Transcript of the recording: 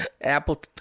Apple